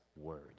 word